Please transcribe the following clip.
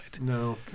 No